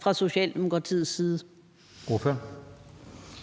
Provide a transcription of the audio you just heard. fra Socialdemokratiets side.